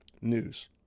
news